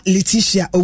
Letitia